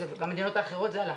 במדינות האחרות זה עלה?